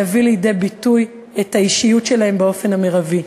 להביא לידי ביטוי את האישיות שלהם באופן המרבי.